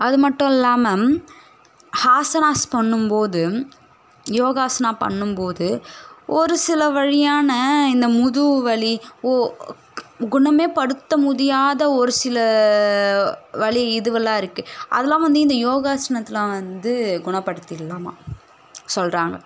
அது மட்டும் இல்லாமல் ஹாசனாஸ் பண்ணும் போது யோகாசனா பண்ணும் போது ஒரு சில வலியான இந்த முதுகு வலி ஓ குணமே படுத்த முடியாத ஒரு சில வலி இதுவெல்லாம் இருக்குது அதெலாம் வந்து இந்த யோகாசனத்தில் வந்து குணப்படுத்திடலாமா சொல்கிறாங்க